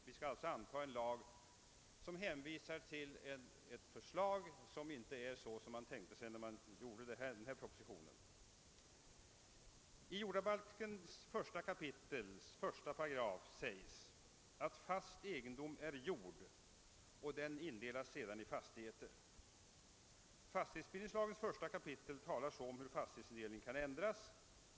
Vi skall alltså anta en lag som hänvisar till ett förslag som inte är sådant som man tänkte sig när propositionen skrevs. I jordabalken 1 kap. 1 § sägs att fast egendom är jord och att den indelas i fastigheter. Fastighetsbildningslagens 1 kap. talar så om hur fastighetsindel ningen kan ändras.